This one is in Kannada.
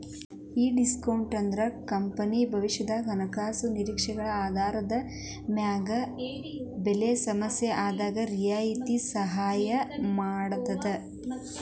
ಈ ಡಿಸ್ಕೋನ್ಟ್ ಅಂದ್ರ ಕಂಪನಿ ಭವಿಷ್ಯದ ಹಣಕಾಸಿನ ನಿರೇಕ್ಷೆಗಳ ಆಧಾರದ ಮ್ಯಾಗ ಬೆಲೆ ಸಮಸ್ಯೆಇದ್ದಾಗ್ ರಿಯಾಯಿತಿ ಸಹಾಯ ಮಾಡ್ತದ